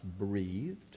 breathed